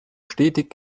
stetig